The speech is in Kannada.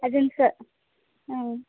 ಅದನ್ನು ಸಹ ಹಾಂ